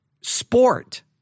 sport